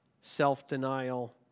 self-denial